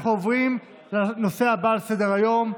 אנחנו עוברים לנושא הבא על סדר-היום,